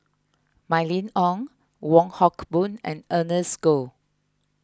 Mylene Ong Wong Hock Boon and Ernest Goh